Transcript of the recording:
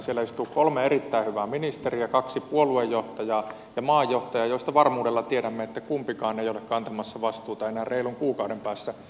siellä istuu kolme erittäin hyvää ministeriä kaksi puoluejohtajaa ja maan johtaja joista varmuudella tiedämme että puoluejohtajista kumpikaan ei ole kantamassa vastuuta enää reilun kuukauden päästä